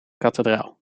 kathedraal